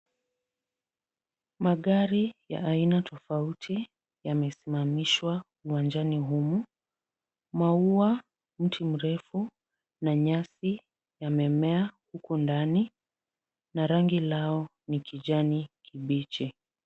Magari ya aina tofauti yamesimamishwa uwanjani humu. Maua, mti mrefu na nyasi yamemea huku ndani na rangi lao ni kijani kibichi.